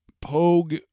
Pogue